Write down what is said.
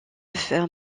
faire